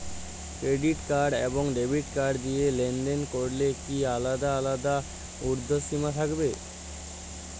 Credit card এবং debit card দিয়ে লেনদেন করলে কি আলাদা আলাদা ঊর্ধ্বসীমা থাকবে?